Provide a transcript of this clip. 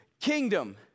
kingdom